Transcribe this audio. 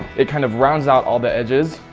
it kind of rounds out all the edges,